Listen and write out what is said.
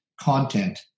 content